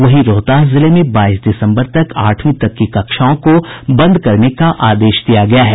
वहीं रोहतास जिले में बाईस दिसम्बर तक आठवीं तक की कक्षाओं को बंद करने का आदेश दिया गया है